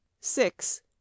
six